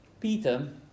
Peter